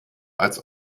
als